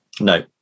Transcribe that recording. No